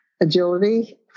agility